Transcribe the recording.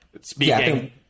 speaking